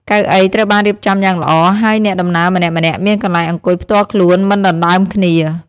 កៅអីត្រូវបានរៀបចំយ៉ាងល្អហើយអ្នកដំណើរម្នាក់ៗមានកន្លែងអង្គុយផ្ទាល់ខ្លួនមិនដណ្តើមគ្នា។